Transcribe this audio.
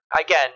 Again